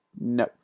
no